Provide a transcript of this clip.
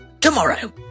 Tomorrow